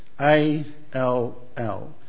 A-L-L